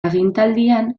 agintaldian